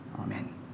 Amen